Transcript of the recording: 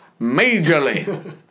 majorly